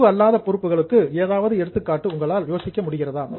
நடப்பு அல்லாத பொறுப்புகளுக்கு ஏதாவது எடுத்துக்காட்டு உங்களால் யோசிக்க முடிகிறதா